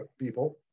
people